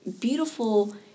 beautiful